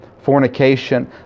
fornication